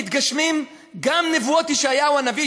מתגשמות גם נבואות ישעיהו הנביא,